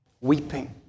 weeping